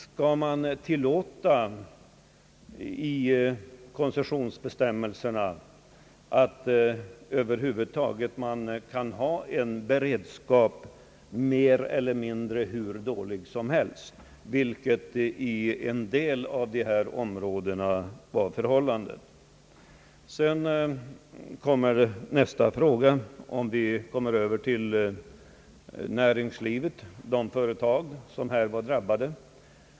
Skall man tillåta i koncessionsbestämmelserna att ett sådant företag får ha en hur dålig beredskap som helst, såsom förhållandet var i en del av de aktuella områdena? Nästa fråga gäller de företag som drabbades av naturkatastrofen.